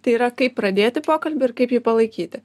tai yra kaip pradėti pokalbį ir kaip jį palaikyti